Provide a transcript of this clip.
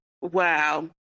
wow